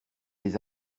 les